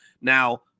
Now